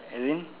as in